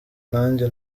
nanjye